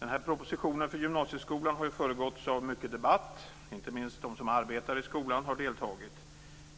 Fru talman! Propositionen om gymnasieskolan har ju föregåtts av mycket debatt, och inte minst de som arbetar i skolan har deltagit i den debatten.